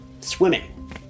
swimming